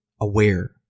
aware